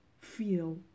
Feel